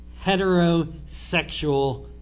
heterosexual